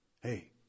Hey